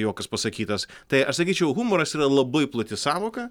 juokas pasakytas tai aš sakyčiau humoras yra labai plati sąvoka